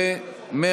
נמנע